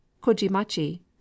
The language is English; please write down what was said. kojimachi